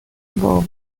باور